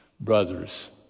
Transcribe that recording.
brothers